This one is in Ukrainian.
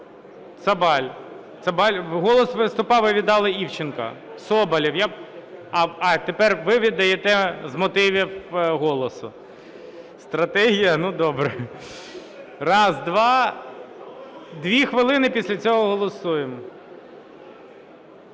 Цабаль. "Голос" виступав і віддали Івченко. Соболєв. А тепер ви віддаєте з мотивів "Голосу". Стратегія? Ну, добре. Дві хвилини, після цього голосуємо.